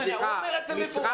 הוא אומר את זה במפורש,